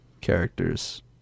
characters